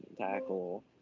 tackle